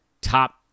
top